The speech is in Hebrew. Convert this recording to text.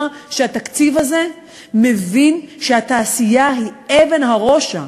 שהתקציב הזה מבין שהתעשייה היא אבן הראשה,